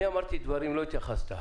אני אמרתי דברים ולא התייחסת.